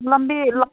ꯂꯝꯕꯤ